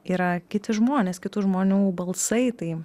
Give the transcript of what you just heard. yra kiti žmonės kitų žmonių balsai tai